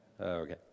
Okay